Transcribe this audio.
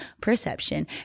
perception